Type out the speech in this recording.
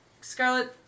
Scarlet